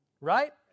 right